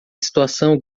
situação